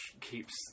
keeps